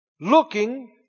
Looking